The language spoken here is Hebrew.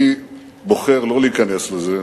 אני בוחר שלא להיכנס לזה.